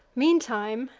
meantime,